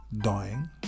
Dying